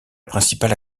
principale